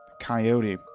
coyote